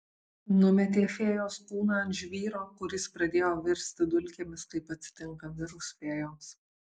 numetė fėjos kūną ant žvyro kur jis pradėjo virsti dulkėmis kaip atsitinka mirus fėjoms